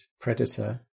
Predator